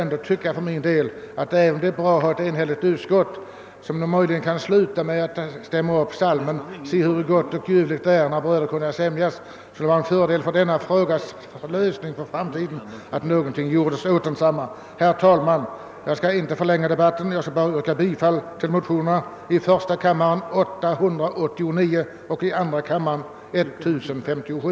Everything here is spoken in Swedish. Även om det är bra att ett utskott kan vara så enigt, att man näs tan väntar sig att det skall stämma upp psalmen »Se, huru gott och ljuvligt är, att bröder kunna sämjas», skulle det vara bra för denna frågas lösning för framtiden om någonting gjordes åt saken. Herr talman! Jag skall inte förlänga debatten ytterligare utan ber bara att få yrka bifall till motionerna 1: 899 och II: 1057.